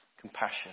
compassion